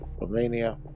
Romania